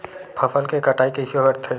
फसल के कटाई कइसे करथे?